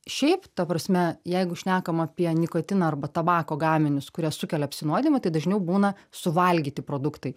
šiaip ta prasme jeigu šnekam apie nikotiną arba tabako gaminius kurie sukelia apsinuodijimą tai dažniau būna suvalgyti produktai